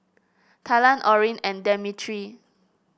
Talan Orrin and Demetri